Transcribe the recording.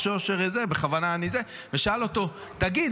תגיד,